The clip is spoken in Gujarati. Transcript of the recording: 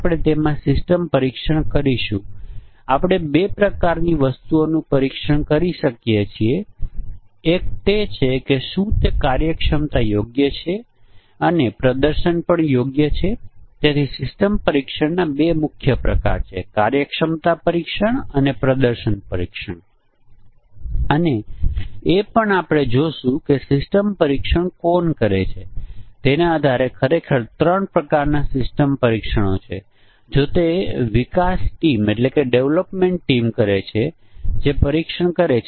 તેથી ઑપરેટિંગ સિસ્ટમ કેટલાક પર્યાવરણીય પરિમાણો જેમ કે હાર્ડ કીબોર્ડ છુપાયેલ છે દ્વારા ગોઠવવામાં આવે છે હાર્ડ કીબોર્ડ છુપાયેલ છે તે સેટ કરવા માટે તે અનિશ્ચિત છે સ્ક્રીન લેઆઉટ મોટો છે અથવા તે સામાન્ય છે અથવા તે સેટ કરવું પડશે અથવા તે જે લેન્ડસ્કેપ અથવા પોટ્રેટ વ્યૂ છે